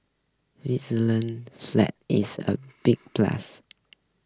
Switzerland's flag is a big plus